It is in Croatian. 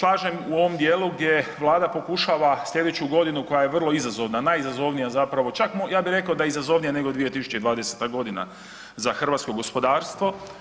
Ja se slažem u ovom dijelu gdje Vlada pokušava sljedeću godinu koja je vrlo izazovna, najizazovnija zapravo, čak, ja bih rekao da je i izazovnija nego 2020. g. za hrvatsko gospodarstvo.